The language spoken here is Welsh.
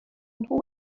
nhw